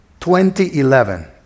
2011